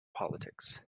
politics